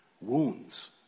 wounds